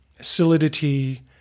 solidity